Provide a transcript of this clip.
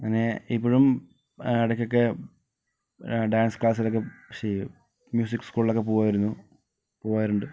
അങ്ങനെ ഇപ്പോഴും ഇടക്കൊക്കെ ഡാൻസ് ക്ലാസിലൊക്കെ ചെയ്യും മ്യൂസിക്ക് സ്കൂളിലൊക്കെ പോകുമായിരുന്നു പോകാറുണ്ട്